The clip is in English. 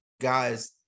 guys